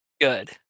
Good